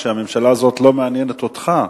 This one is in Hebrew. שהממשלה הזאת לא מעניינת אותך.